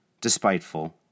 despiteful